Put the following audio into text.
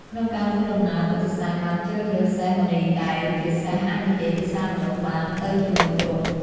ក្នុងការធ្វើដំណើរពុទ្ធិសែនបានជ្រើសរើសសេះមណីកែវ ជាសេះអាចនិយាយភាសាមនុស្សបានទៅជាមួយទ្រង់។